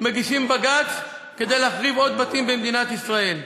מגישים בג"ץ כדי להחריב עוד בתים במדינת ישראל.